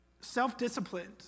self-disciplined